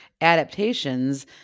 adaptations